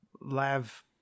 Lav